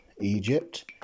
Egypt